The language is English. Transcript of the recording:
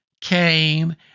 came